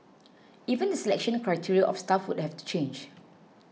even the selection criteria of staff would have to change